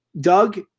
doug